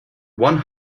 one